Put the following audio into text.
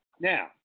Now